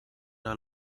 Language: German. der